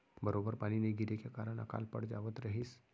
बरोबर पानी नइ गिरे के कारन अकाल पड़ जावत रहिस